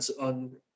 on